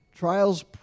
Trials